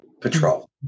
patrol